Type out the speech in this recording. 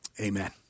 Amen